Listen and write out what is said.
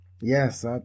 yes